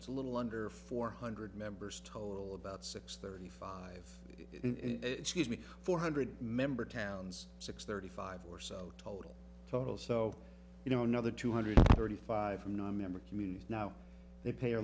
it's a little under four hundred members total about six thirty five in four hundred member towns six thirty five or so total total so you know another two hundred thirty five nine member communities now they pay a